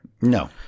No